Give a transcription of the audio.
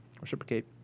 reciprocate